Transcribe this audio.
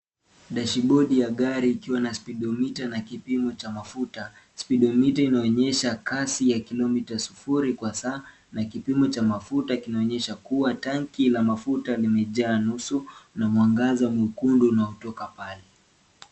Dashibodi ya gari ikiwa na spidometa na kipimo cha mafuta. Spidometa inaonyesha kasi ya kilometa sufuri kwa saa na kipimo cha mafuta kinaonyesha kuwa tangi ina mafuta limejaa nusu na mwangaza mwekundu unaotoka pale.